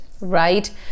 right